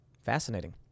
Fascinating